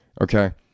Okay